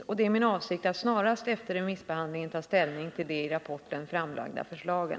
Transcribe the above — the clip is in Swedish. Det är min avsikt att snarast efter remissbehandlingen ta ställning till de i rapporicn framlagda förslagen.